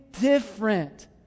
different